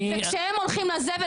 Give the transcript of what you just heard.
וכשהם הולכים לזבל,